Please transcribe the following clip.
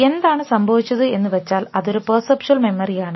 എന്താണ് സംഭവിച്ചത് എന്ന് വെച്ചാൽ ഇതൊരു പെർസെപ്ച്വൽ മെമ്മറിയാണ്